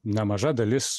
nemaža dalis